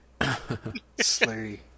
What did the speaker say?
Slurry